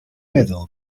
meddwl